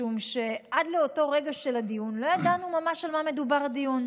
משום שעד לאותו רגע של הדיון לא ידענו ממש במה מדובר הדיון,